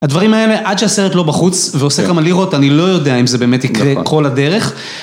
הדברים האלה עד שהסרט לא בחוץ, ועושה כמה לירות, אני לא יודע אם זה באמת יקרה כל הדרך.